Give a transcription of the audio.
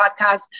podcast